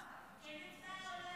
--- את רוצה הצבעה?